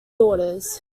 daughters